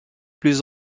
plus